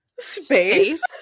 space